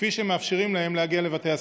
כפי שמאפשרים להם להגיע לבתי הספר,